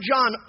John